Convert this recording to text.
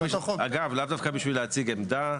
אגב, לאו דווקא בשביל להציג עמדה.